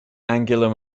angular